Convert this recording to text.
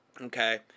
Okay